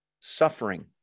suffering